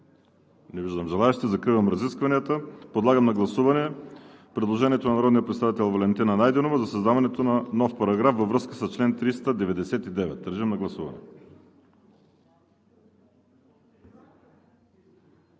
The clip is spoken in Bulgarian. Не виждам желаещи. Закривам разискванията. Подлагам на гласуване предложението на народния представител Валентина Найденова за създаването на нов параграф във връзка с чл. 399. Гласували